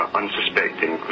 unsuspecting